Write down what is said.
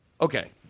Okay